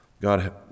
God